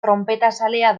tronpetazalea